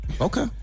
Okay